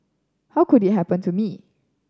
how could it happen to me